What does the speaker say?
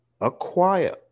acquire